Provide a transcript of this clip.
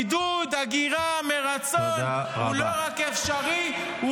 --- עידוד הגירה מרצון הוא לא רק אפשרי -- תודה רבה.